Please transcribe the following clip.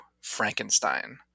Frankenstein